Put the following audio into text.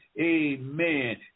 Amen